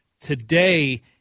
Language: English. Today